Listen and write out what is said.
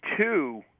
Two